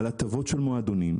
על הטבות של מועדונים,